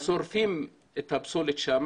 שורפים את הפסולת שם